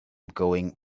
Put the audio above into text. going